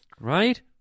Right